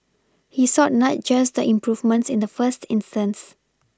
he sought not just the improvements in the first instance